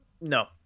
No